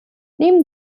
neben